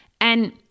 And-